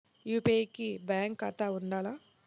UPI కి bank ఖాతా ఉండాల?